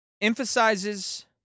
emphasizes